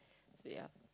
so ya